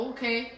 Okay